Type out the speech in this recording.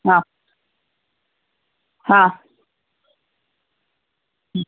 ಹಾಂ ಹಾಂ ಹ್ಞೂ